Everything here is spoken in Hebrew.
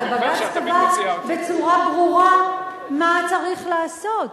הרי בג"ץ קבע בצורה ברורה מה צריך לעשות.